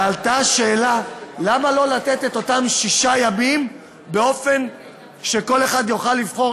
ועלתה השאלה למה לא לתת את אותם שישה ימים באופן שכל אחד יוכל לבחור,